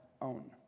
own